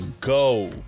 go